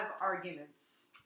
arguments